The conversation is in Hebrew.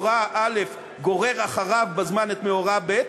בין סיבה שפועלת באופן מכניסטי: מאורע א' גורר אחריו בזמן את מאורע ב',